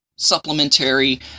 supplementary